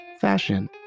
fashion